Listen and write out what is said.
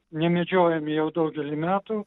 nemedžiojami jau daugelį metų